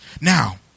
Now